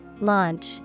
Launch